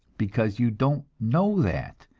because you don't know that,